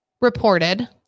reported